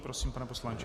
Prosím, pane poslanče.